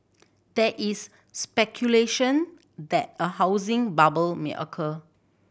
there is speculation that a housing bubble may occur